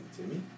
Timmy